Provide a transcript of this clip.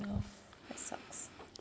oh that sucks